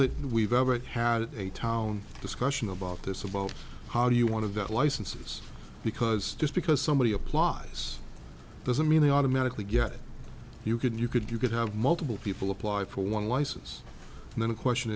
that we've ever had a town discussion about this about how do you want of that licenses because just because somebody applies doesn't mean they automatically get you could you could you could have multiple people apply for one license and then the question